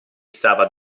stava